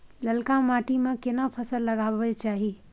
ललका माटी में केना फसल लगाबै चाही?